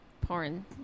porn